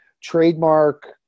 trademark